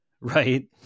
right